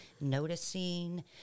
noticing